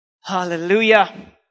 Hallelujah